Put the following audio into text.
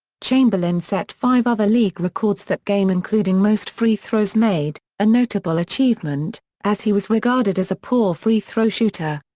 chamberlain set five other league records that game including most free throws made, a notable achievement, as he was regarded as a poor free throw shooter.